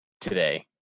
today